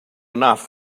enough